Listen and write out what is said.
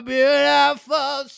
Beautiful